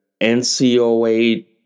NCOA